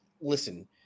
listen